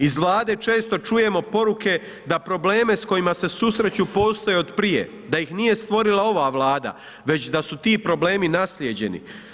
Iz Vlade često čujemo poruke da probleme s kojima se susreću postoje od prije, da ih nije stvorila ova Vlada već da su ti problemi nasljeđeni.